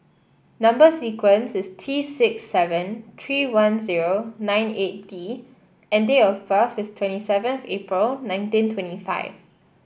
number sequence is T six seven three one zero nine eight D and date of birth is twenty seventh April nineteen twenty five